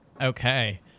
Okay